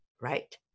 Right